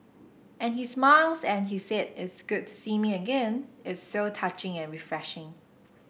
and he smiles and he says it's good to see me again it's so touching and refreshing